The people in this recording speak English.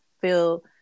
feel